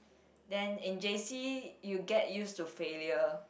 then in J_C you get used to failure